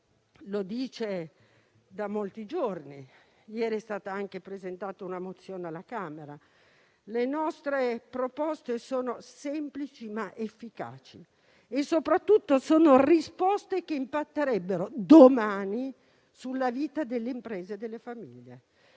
lo afferma da molti giorni e ieri è stata anche presentata una mozione alla Camera. Le nostre proposte sono semplici ma efficaci e soprattutto impatterebbero domani sulla vita delle imprese e delle famiglie.